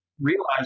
realize